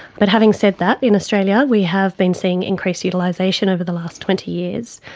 but having said that, in australia we have been seeing increased utilisation over the last twenty years,